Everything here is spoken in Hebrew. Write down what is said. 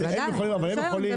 בוודאי ברישיון,